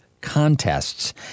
contests